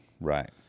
right